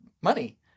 money